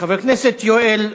חבר הכנסת יואל רזבוזוב,